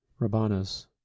Rabanus